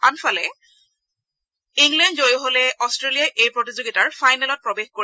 আনহাতে ইংলেণ্ড জয়ী হলে অষ্ট্ৰেলিয়াই এই প্ৰতিযোগিতাৰ ফাইনেলত প্ৰবেশ কৰিব